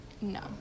no